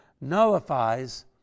nullifies